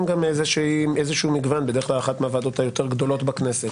גם איזשהו מגוון - בדרך כלל זאת אחת הוועדות היותר גדולות בכנסת